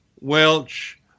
Welch